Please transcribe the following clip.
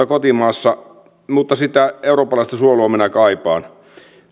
kotimaassa mutta sitä eurooppalaista suojelua minä kaipaan